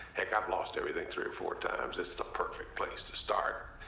heck, i've lost everything three or four times. it's the perfect place to start.